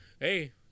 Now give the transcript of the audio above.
Hey